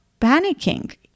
panicking